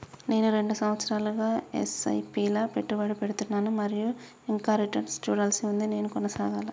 నేను రెండు సంవత్సరాలుగా ల ఎస్.ఐ.పి లా పెట్టుబడి పెడుతున్నాను మరియు ఇంకా రిటర్న్ లు చూడాల్సి ఉంది నేను కొనసాగాలా?